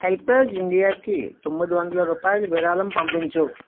HelpAge ఇండియాకి తొమ్మిది వందల రూపాయలు విరాళం పంపించు